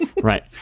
Right